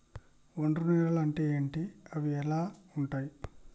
ఒండ్రు నేలలు అంటే ఏంటి? అవి ఏడ ఉంటాయి?